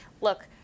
Look